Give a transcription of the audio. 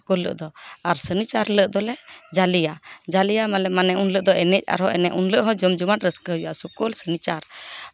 ᱥᱩᱠᱨᱚ ᱵᱟᱨ ᱦᱤᱞᱳᱜ ᱫᱚ ᱟᱨ ᱥᱚᱱᱤ ᱵᱟᱨ ᱦᱤᱞᱳᱜ ᱫᱚᱞᱮ ᱡᱟᱞᱮᱭᱟ ᱡᱟᱞᱮᱭᱟ ᱢᱟᱱᱮ ᱩᱱ ᱦᱤᱞᱳᱜ ᱫᱚ ᱮᱱᱮᱡ ᱟᱨᱦᱚᱸ ᱮᱱᱮᱡ ᱩᱱ ᱦᱤᱞᱳᱜ ᱦᱚᱸ ᱡᱚᱢ ᱡᱚᱢᱟᱴ ᱨᱟᱹᱥᱠᱟᱹ ᱦᱩᱭᱩᱜᱼᱟ ᱥᱩᱠᱨᱚ ᱟᱨ ᱥᱚᱱᱤ ᱵᱟᱨ